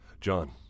John